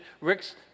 Rick's